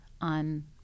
on